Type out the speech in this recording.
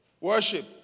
Worship